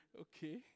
Okay